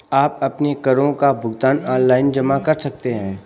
आप अपने करों का भुगतान ऑनलाइन जमा कर सकते हैं